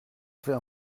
fait